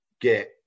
get